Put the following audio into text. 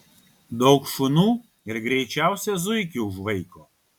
daug šunų ir greičiausią zuikį užvaiko